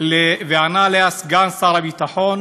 וענה עליה סגן שר הביטחון,